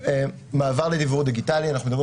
מעבר לדיוור דיגיטלי אנחנו מדברים